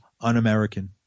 un-american